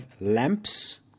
lamps